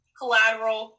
collateral